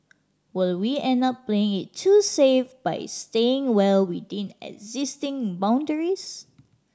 will we end up playing it too safe by staying well within existing boundaries